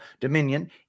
Dominion